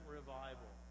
revival